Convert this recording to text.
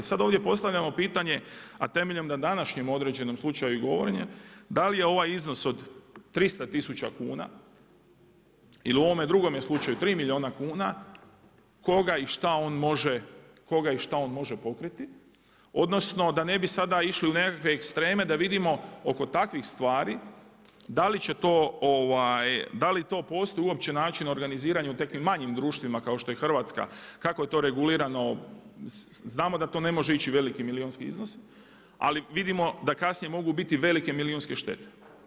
I sad ovdje postavljamo pitanje a temeljem da današnjem o određenom slučaju i govorim, da li je ovaj iznos od 300 tisuća kuna ili u ovome drugome slučaju, 3 milijuna kuna, koga i šta on može pokriti, odnosno da ne bi sada išli u nekakve ekstreme da vidimo oko takvih stvari da li to postoji uopće način organiziranja u takvim manjim društvima kao što je Hrvatska, kako je to regulirano, znamo da to ne može ići veliki milijunski iznosi, ali vidimo da kasnije mogu biti velike milijunske štete.